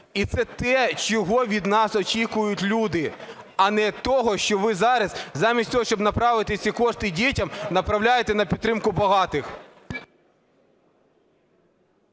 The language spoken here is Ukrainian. І це те, чого від нас очікують люди, а не того, що ви зараз замість того, щоб направити ці кошти дітям, направляєте на підтримку багатих.